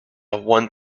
one